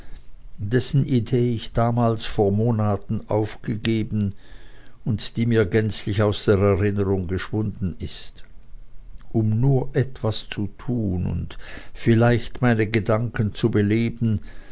dessen idee ich damals vor monaten aufgegeben und die mir gänzlich aus der erinnerung geschwunden ist um nur etwas zu tun und vielleicht meine gedanken zu beleben